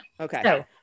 okay